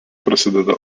prasideda